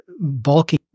bulky